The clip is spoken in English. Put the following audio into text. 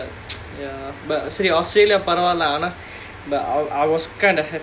ya but சரி:sari australia பரவால்ல ஆனா:paravaala aanaa but I I was kind of happy